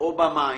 או במים,